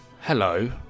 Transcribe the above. hello